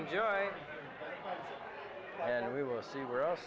enjoy and we will see where else